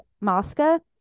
Mosca